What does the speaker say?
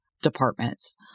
Departments